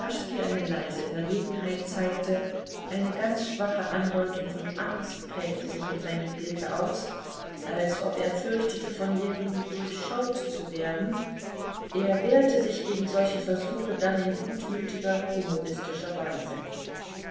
eine leise verlegenheit zeigte eine ganz schwache andeutung von angst prägte sich in seinem blicke aus als ob er fürchtete von ljewin durchschaut zu werden er wehrte sich gegen solche versuche dann in gutmütiger humoristischer weise